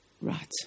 Right